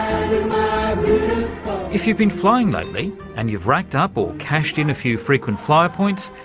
um if you've been flying lately and you've racked up, or cashed in a few frequent flyer points,